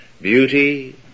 Beauty